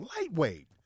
lightweight